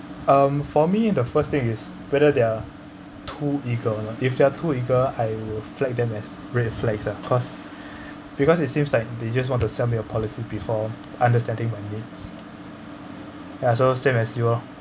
um for me in the first thing is whether they're too eager you know if they're too eager I will flag them as red flags ah cause because it seems like they just want to sell me a policy before understanding what I needs ya so same as you lor